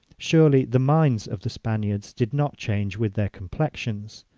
surely the minds of the spaniards did not change with their complexions!